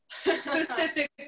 specific